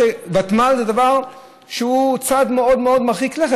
שוותמ"ל זה דבר שהוא צעד מאוד מאוד מרחיק לכת.